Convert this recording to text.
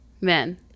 men